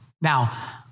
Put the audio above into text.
Now